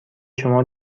شما